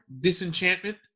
disenchantment